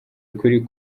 ukuri